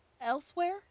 elsewhere